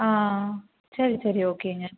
ஆ சரி சரி ஓகேங்க